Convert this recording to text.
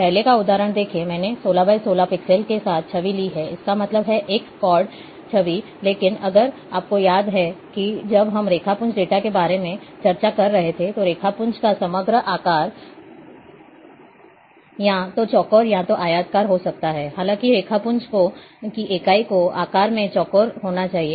पहले का उदाहरण देखें मैंने 16 × 16 पिक्सेल के साथ छवि ली है इसका मतलब है एक स्क्वाड छवि लेकिन अगर आपको याद है कि जब हम रेखापुंज डेटा के बारे में चर्चा कर रहे थे तो रेखापुंज का समग्र आकार या तो चौकोर या आयताकार हो सकता है हालांकि रेखापुंज की इकाई को आकार में चौकोर होना चाहिए